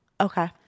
Okay